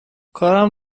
کارم